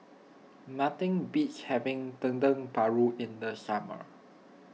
nothing beats having Dendeng Paru in the summer